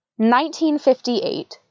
1958